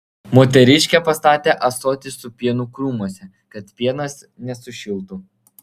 moteriškė pastatė ąsotį su pienu krūmuose kad pienas nesušiltų